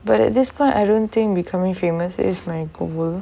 but at this point I don't think becoming famous is my கும்பு:kumbu